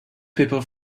people